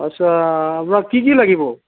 আচ্ছা আপোনাক কি কি লাগিব